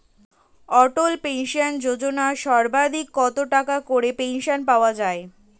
অটল pension যোজনা সর্বাধিক কত টাকা করে পেনশন পাওয়া যায়?